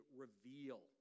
reveal